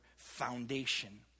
foundation